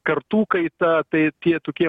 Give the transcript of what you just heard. kartų kaita tai tie tokie